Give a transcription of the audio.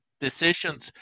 decisions